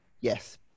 yes